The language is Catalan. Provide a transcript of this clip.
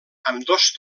ambdós